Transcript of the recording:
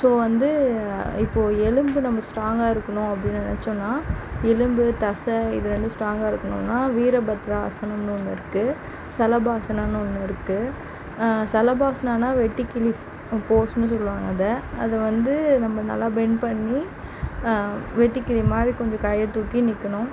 so வந்து இப்போது எலும்பு நமக்கு ஸ்டாங்காக இருக்கணும் அப்படின்னு நினச்சோம்னா எலும்பு தசை இது ரெண்டும் ஸ்டாங்காக இருக்கணும்னால் வீரபத்ரா ஆசனம்னு ஒன்று இருக்குது செலபாசனம்னு ஒன்று இருக்குது செலபாசனம்னால் வெட்டுக்கிளி போஸ்ன்னு சொல்லுவாங்க அதை வந்து நம்ம நல்லா பெண்ட் பண்ணி வெட்டிக்கிளிமாதிரி கொஞ்சம் கையை தூக்கி நிற்கணும்